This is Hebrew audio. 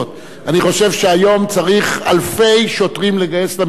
אני חושב שהיום צריך אלפי שוטרים לגייס למשטרה,